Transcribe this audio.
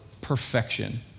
perfection